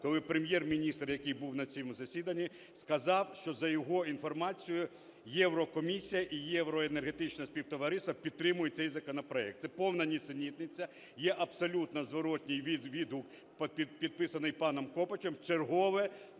коли Прем’єр-міністр, який був на цьому засіданні, сказав, що за його інформацією Єврокомісія і євроенергетичне співтовариство підтримують цей законопроект. Це повні нісенітниця, є абсолютно зворотній відгук, підписаний паном Копачем. Вчергове